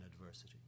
adversity